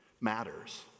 matters